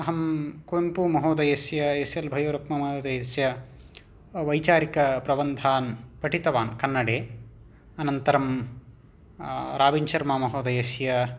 अहं कुवेम्पू महोदयस्य S L Bhyrappa महोदयस्य वैचारिकप्रबन्धान् पठितवान् कन्नडे अनन्तरं राबिन् शर्मा महोदयस्य